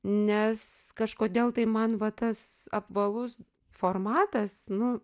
nes kažkodėl tai man va tas apvalus formatas nu